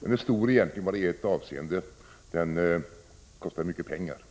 Den är stor egentligen bara i ett avseende: den kostar mycket pengar.